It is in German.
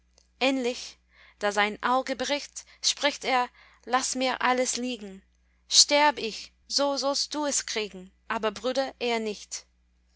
da sein auge bricht spricht er laß mir alles liegen sterb ich so sollst du es kriegen aber bruder eher nicht